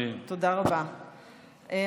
1951,